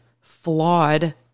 flawed